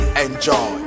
enjoy